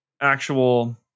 actual